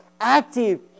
active